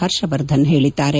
ಹರ್ಷವರ್ಧನ್ ಹೇಳಿದ್ದಾರೆ